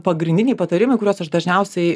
pagrindiniai patarimai kuriuos aš dažniausiai